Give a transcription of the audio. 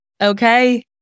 Okay